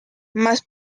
más